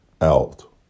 out